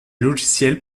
logiciels